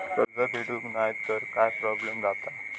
कर्ज फेडूक नाय तर काय प्रोब्लेम जाता?